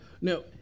No